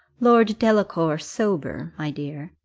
lord delacour, sober, my dear,